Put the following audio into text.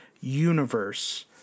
universe